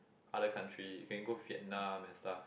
other country you can go Vietnam and stuff